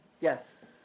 Yes